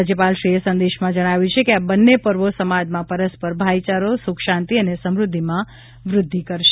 રાજ્યપાલશ્રીએ સંદેશમાં જણાવ્યું છે કે આ બન્ને પર્વો સમાજમાં પરસ્પર ભાઇચારો સુખશાંતિ અને સમૃદ્ધિમાં વૃદ્ધિ કરશે